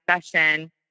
session